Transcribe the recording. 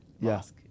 Yes